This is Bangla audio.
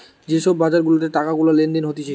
যে সব বাজার গুলাতে টাকা গুলা লেনদেন হতিছে